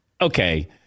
okay